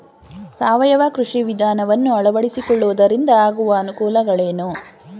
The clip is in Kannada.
ಸಾವಯವ ಕೃಷಿ ವಿಧಾನವನ್ನು ಅಳವಡಿಸಿಕೊಳ್ಳುವುದರಿಂದ ಆಗುವ ಅನುಕೂಲಗಳೇನು?